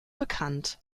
bekannt